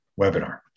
webinar